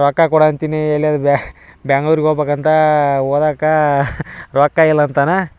ರೊಕ್ಕ ಕೊಡು ಅಂತಿನಿ ಎಲ್ಲಿಯಾದರು ಬ್ಯಾ ಬ್ಯಾಂಗ್ಳೂರಿಗೆ ಹೋಗ್ಬೇಕಂತ ಓದಕ್ಕೆ ರೊಕ್ಕ ಇಲ್ಲಂತನ